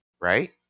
right